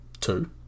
Two